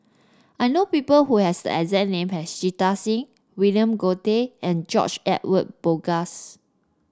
I know people who have the exact name as Jita Singh William Goode and George Edwin Bogaars